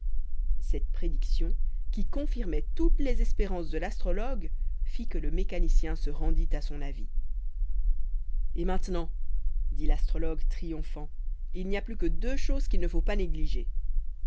cette prédiction qui confirmait toutes les espérances de l'astrologue fit que le mécanicien se rendit à son avis et maintenant dit l'astrologue triomphant il n'y a plus que deux choses qu'il ne faut pas négliger